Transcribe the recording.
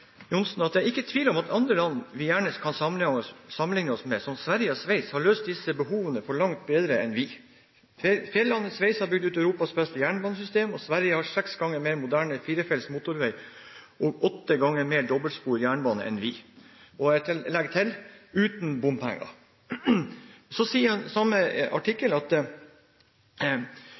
Johnsen at det ikke er tvil om at andre land vi gjerne kan sammenlikne oss med, som Sverige og Sveits, har løst disse behovene langt bedre enn vi: «Fjellandet Sveits har bygd ut et av Europas beste jernbanesystemer, og Sverige har seks ganger mer moderne firefelts motorvei og åtte ganger mer dobbeltsporet jernbane enn vi.» Og jeg legger til: uten bompenger. Så sier samme artikkel: